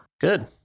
Good